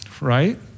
right